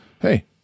Hey